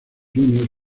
junior